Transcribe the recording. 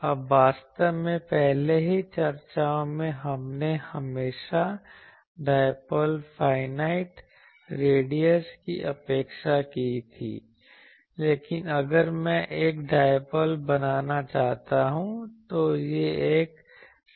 अब वास्तव में पहले की चर्चाओं में हमने हमेशा डायपोल फाईनाइट रेडियस की उपेक्षा की थी लेकिन अगर मैं एक डायपोल बनाना चाहता हूं तो यह एक सिलेंडर होगा